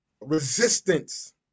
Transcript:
resistance